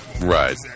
Right